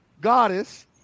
goddess